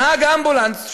נהג אמבולנס,